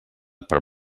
per